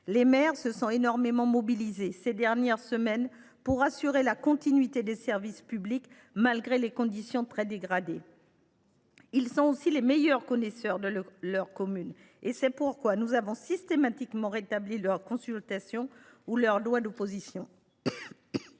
Les maires se sont énormément mobilisés ces dernières semaines pour assurer la continuité des services publics, malgré des conditions très dégradées. Ils sont aussi les meilleurs connaisseurs de leur commune. C’est pourquoi nous avons systématiquement rétabli leur consultation ou leur droit d’opposition.